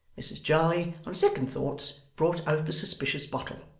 mrs jarley, on second thoughts, brought out the suspicious bottle,